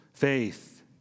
Faith